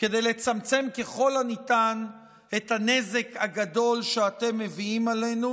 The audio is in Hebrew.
כדי לצמצם ככל הניתן את הנזק הגדול שאתם מביאים עלינו,